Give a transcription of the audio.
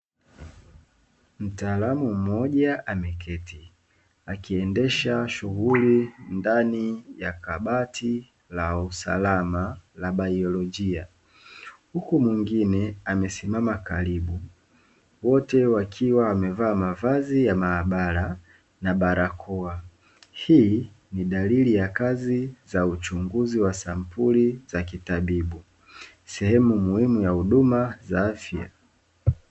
Mtaalamu mmoja ameketi akiendesha shughuli ndani ya kabati la usalama la biolojia, huku mwingine amesimama karibu. Wote wakiwa wamevaa mavazi ya maabara na barakoa. Hii ni dalili ya kazi za uchunguzi wa sampuli za kitabibu sehemu muhimu ya huduma za afya.